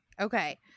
Okay